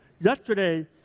Yesterday